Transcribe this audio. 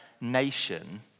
nation